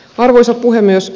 arvoisa puhemies